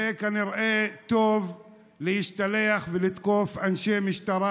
זה כנראה טוב להשתלח ולתקוף אנשי משטרה,